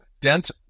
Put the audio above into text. Dent